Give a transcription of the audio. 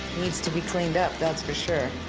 needs to be cleaned up that's for sure.